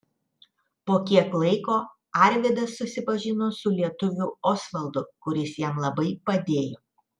po kiek laiko arvydas susipažino su lietuviu osvaldu kuris jam labai padėjo